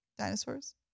Dinosaurs